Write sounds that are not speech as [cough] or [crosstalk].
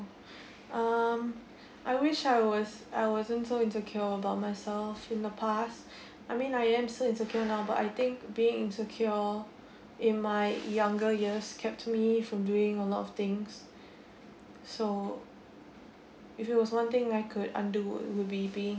um I wish I was I wasn't so insecure about myself in the past [breath] I mean I am still insecure now but I think being insecure in my younger years kept me from doing a lot of things so if it was one thing I could undo would be being